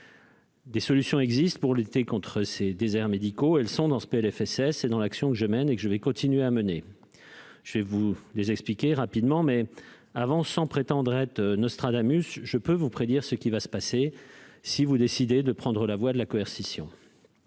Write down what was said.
Des solutions existent pour lutter contre ces déserts médicaux ; elles sont dans ce PLFSS et dans l'action que je mène et vais continuer de mener. Je vais les exposer brièvement. Auparavant, sans prétendre être Nostradamus, je peux vous prédire ce qui va se passer si vous décidez de prendre la voie de la coercition